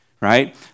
right